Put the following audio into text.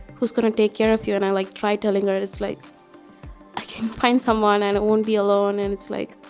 who's going to take care of you? and i like try telling her it's like i can find someone. i don't wanna be alone and it's like